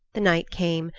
the night came,